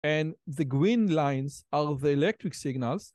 And the green lines are the electric signals.